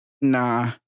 Nah